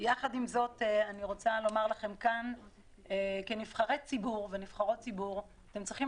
יחד עם זאת אני רוצה לומר לכם כאן שכנבחרי ציבור אתם צריכים